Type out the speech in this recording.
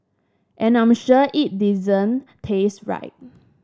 and I'm sure it didn't taste right